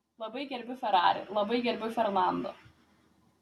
labai gerbiu ferrari labai gerbiu fernando